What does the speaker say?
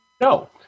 no